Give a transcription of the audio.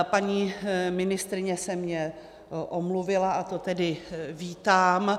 Paní ministryně se mně omluvila a to tedy vítám.